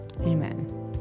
Amen